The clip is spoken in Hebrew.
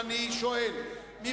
לשנת 2009. אני שואל את הכנסת: 2010,